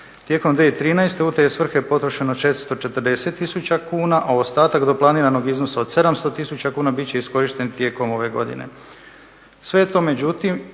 Tijekom 2013. u te svrhe je potrošeno 440 000 kuna, a ostatak do planiranog iznosa od 700 000 kuna bit će iskorišten tijekom ove godine.